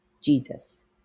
jesus